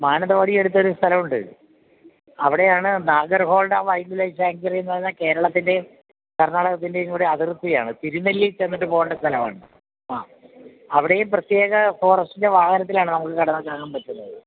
മാനന്തവാടി അടുത്ത ഒരു സ്ഥലമുണ്ട് അവിടെയാണ് നാഗർഹോൾട വൈൽഡ് ലൈഫ് സാഞ്ച്വറി എന്ന് പറഞ്ഞാൽ കേരളത്തിൻ്റേയും കർണാടകത്തിൻ്റെയും കൂടെ അതിർത്തിയാണ് തിരുനെല്ലി ചെന്നിട്ട് പോകേണ്ട സ്ഥലമാണ് അവിടെയും പ്രത്യേക ഫോറസ്റ്റിൻ്റെ വാഹനത്തിലാണ് നമ്മൾ നടന്നാണ് കാണാൻ പറ്റുന്നത്